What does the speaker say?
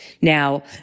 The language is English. Now